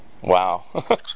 Wow